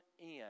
end